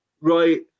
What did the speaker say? right